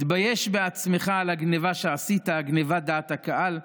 מתבייש בעצמך על הגנבה שעשית, גנבת דעת הקהל?